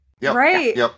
Right